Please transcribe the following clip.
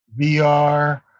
VR